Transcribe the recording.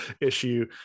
issue